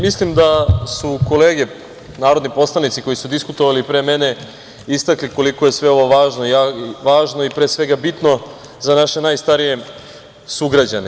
Mislim da su kolege narodni poslanici koji su diskutovali pre mene istakli koliko je sve ovo važno i pre svega bitno za naše najstarije sugrađane.